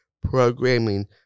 programming